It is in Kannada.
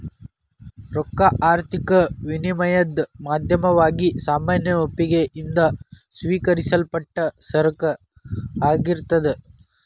ರೊಕ್ಕಾ ಆರ್ಥಿಕ ವಿನಿಮಯದ್ ಮಾಧ್ಯಮವಾಗಿ ಸಾಮಾನ್ಯ ಒಪ್ಪಿಗಿ ಯಿಂದ ಸ್ವೇಕರಿಸಲ್ಪಟ್ಟ ಸರಕ ಆಗಿರ್ತದ್